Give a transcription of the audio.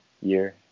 year